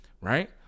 right